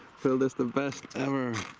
field is the best ever.